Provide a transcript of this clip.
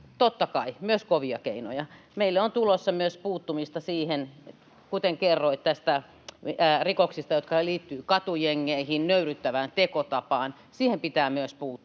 totta kai myös kovia keinoja. Meillä on tulossa myös puuttumista siihen, mistä kerroit, näihin rikoksiin, jotka liittyvät katujengeihin ja nöyryyttävään tekotapaan. Niihin pitää myös puuttua,